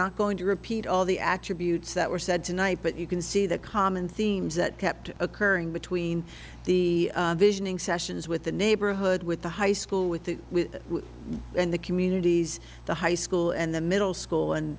not going to repeat all the attributes that were said tonight but you can see the common themes that kept occurring between the visioning sessions with the neighborhood with the high school with the with and the communities the high school and the middle school and